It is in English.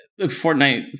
Fortnite